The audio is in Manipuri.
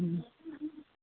ꯎꯝ